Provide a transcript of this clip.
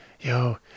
Yo